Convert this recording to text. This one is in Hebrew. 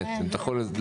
אם תוכל להסביר?